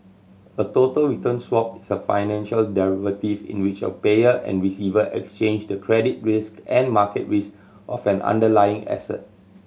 a total return swap is a financial derivative in which a payer and receiver exchange the credit risk and market risk of an underlying asset